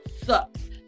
sucks